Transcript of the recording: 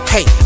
Hey